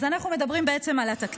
אז אנחנו מדברים על התקציב.